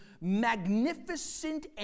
magnificent